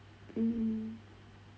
mm